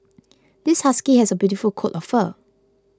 this husky has a beautiful coat of fur